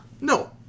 No